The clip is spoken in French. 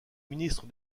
ministre